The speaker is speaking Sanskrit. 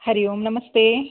हरि ओं नमस्ते